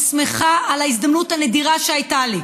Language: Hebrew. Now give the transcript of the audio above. אני שמחה על ההזדמנות הנדירה שהייתה לי